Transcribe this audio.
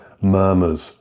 murmurs